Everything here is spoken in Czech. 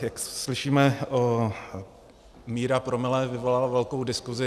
Jak slyšíme, míra promile vyvolala velkou diskusi.